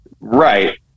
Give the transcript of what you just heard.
Right